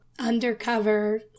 undercover